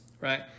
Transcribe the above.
right